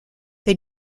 they